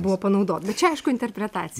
buvo panaudot bet čia aišku interpretaci